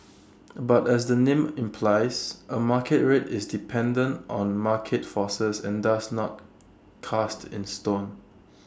but as the name implies A market rate is dependent on market forces and thus not cast in stone